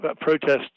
protests